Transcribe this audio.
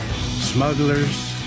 smugglers